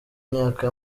myaka